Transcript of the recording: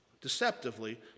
deceptively